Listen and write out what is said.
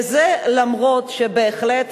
וזה אף-על-פי שבהחלט,